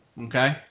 Okay